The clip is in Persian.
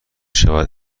شود